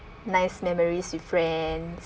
nice memories with friends